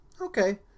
okay